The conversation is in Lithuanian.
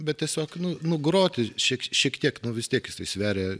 bet tiesiog nu nu groti šiek šiek tiek nu vis tiek jisai sveria